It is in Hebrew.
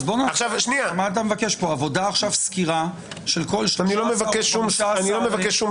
אז אתה מבקש סקירה של כל --- אני לא מבקש סקירה.